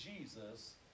Jesus